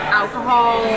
alcohol